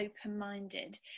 open-minded